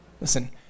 Listen